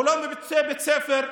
הוא לא מוצא בית ספר.